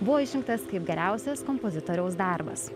buvo išrinktas kaip geriausias kompozitoriaus darbas